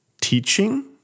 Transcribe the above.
teaching